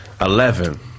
eleven